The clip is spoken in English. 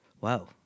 Wow